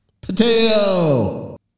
Potato